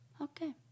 Okay